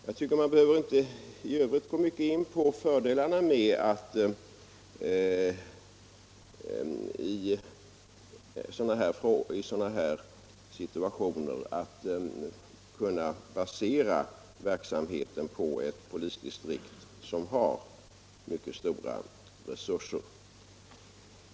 Jag tycker att jag i övrigt inte behöver gå in mycket på fördelarna med att man i sådana här situationer kan basera verksamheten på ett polisdistrikt som har mycket stora resurser.